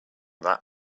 that